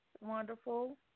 Wonderful